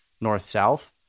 north-south